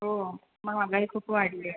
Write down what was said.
हो महागाई खूप वाढली आहे